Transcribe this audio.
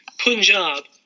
Punjab